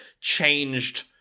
changed